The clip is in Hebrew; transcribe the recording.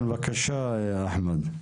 בבקשה, אחמד.